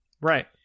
Right